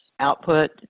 Output